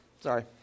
Sorry